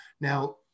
now